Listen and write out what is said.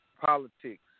politics